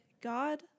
God